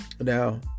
now